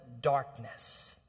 darkness